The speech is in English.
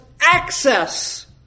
access